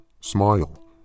smile